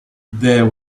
there